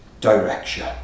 direction